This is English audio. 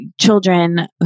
children